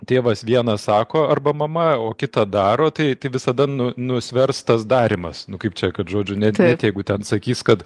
tėvas viena sako arba mama o kita daro tai tai visada nusvers tas darymas nu kaip čia kad žodžiu net jeigu ten sakys kad